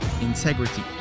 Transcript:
integrity